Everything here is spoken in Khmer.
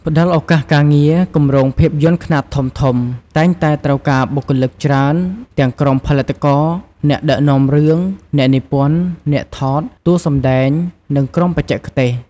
ផ្តល់ឱកាសការងារ គម្រោងភាពយន្តខ្នាតធំៗតែងតែត្រូវការបុគ្គលិកច្រើន ទាំងក្រុមផលិតករ អ្នកដឹកនាំរឿង អ្នកនិពន្ធ អ្នកថត តួសម្ដែង និងក្រុមបច្ចេកទេស។